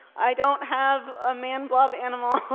i don't have a manblob animal. ah